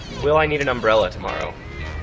will i need an umbrella tomorrow?